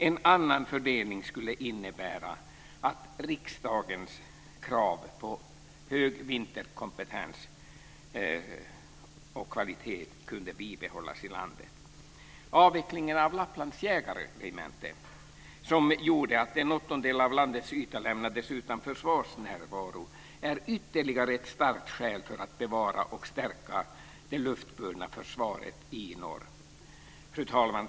En annan fördelning skulle innebära att hög vinterkompetens och kvalitet enligt riksdagens krav kunde bibehållas i landet. Avvecklingen av Lapplands jägarregemente, som gjorde att en åttondel av landets yta lämnades utan försvarsnärvaro, är ytterligare ett starkt skäl för att bevara och förstärka det luftburna försvaret i norr. Fru talman!